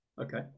okay